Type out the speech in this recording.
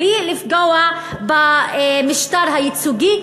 בלי לפגוע במשטר הייצוגי,